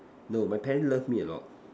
no my parent love me a lot